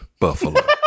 buffalo